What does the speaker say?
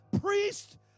priest